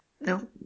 No